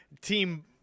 team